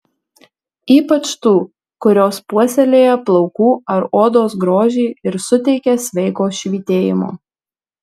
ypač tų kurios puoselėja plaukų ar odos grožį ir suteikia sveiko švytėjimo